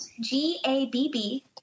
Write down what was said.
g-a-b-b